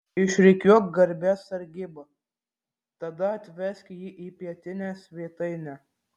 išrikiuok garbės sargybą tada atvesk jį į pietinę svetainę